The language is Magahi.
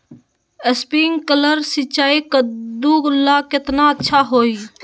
स्प्रिंकलर सिंचाई कददु ला केतना अच्छा होई?